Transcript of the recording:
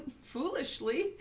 foolishly